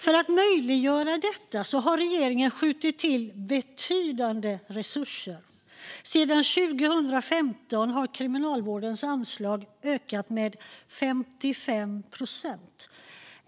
För att möjliggöra detta har regeringen skjutit till betydande resurser. Sedan 2015 har Kriminalvårdens anslag ökat med 55 procent